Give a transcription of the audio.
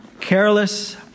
careless